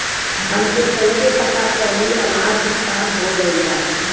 हमके कईसे पता चली हमार भुगतान हो गईल बा?